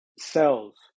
cells